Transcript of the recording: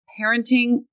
parenting